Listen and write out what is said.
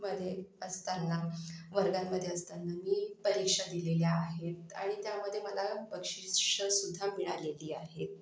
मध्ये असतांना वर्गांमध्ये असतांना मी परीक्षा दिलेल्या आहेत आणि त्यामध्ये मला बक्षीसंसुद्धा मिळालेली आहेत